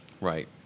Right